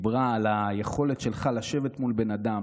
דיברה על היכולת שלך לשבת מול בן אדם,